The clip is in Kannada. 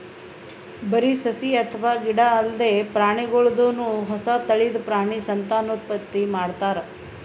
ಬರಿ ಸಸಿ ಅಥವಾ ಗಿಡ ಅಲ್ದೆ ಪ್ರಾಣಿಗೋಲ್ದನು ಹೊಸ ತಳಿದ್ ಪ್ರಾಣಿ ಸಂತಾನೋತ್ಪತ್ತಿ ಮಾಡ್ತಾರ್